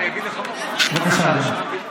בבקשה, אדוני.